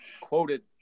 quoted